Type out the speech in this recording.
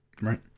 Right